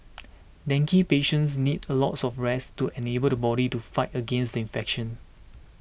dengue patients need a lots of rest to enable the body to fight against the infection